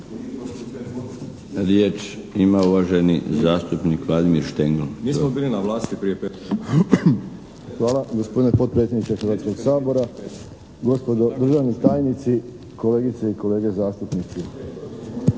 Riječ ima uvaženi zastupnik Vladimir Štengl. **Štengl, Vladimir (HDZ)** Hvala gospodine potpredsjedniče Hrvatskog sabora. Gospodo državni tajnici, kolegice i kolege zastupnici.